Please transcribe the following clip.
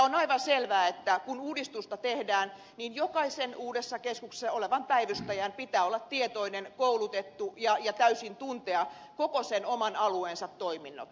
on aivan selvää että kun uudistusta tehdään niin jokaisen uudessa keskuksessa olevan päivystäjän pitää olla tietoinen koulutettu ja täysin tuntea koko oman alueensa toiminnot